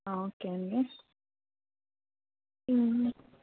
okay అండి